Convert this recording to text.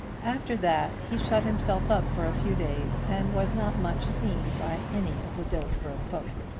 after that he shut himself up for a few days and was not much seen by any of the dillsborough folk.